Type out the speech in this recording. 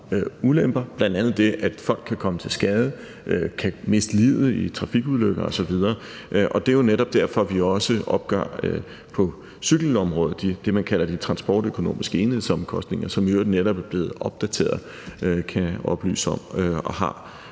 ulemper, bl.a. det, at folk kan komme til skade, at de kan miste livet i trafikulykker osv. Det er jo netop også derfor, vi på cykelområdet opgør det, som man kalder de transportøkonomiske enhedsomkostninger, som i øvrigt netop er blevet opdateret, kan jeg oplyse om. Og det